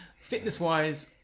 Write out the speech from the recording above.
Fitness-wise